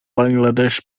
bangladesh